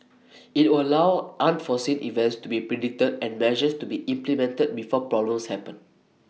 IT will allow unforeseen events to be predicted and measures to be implemented before problems happen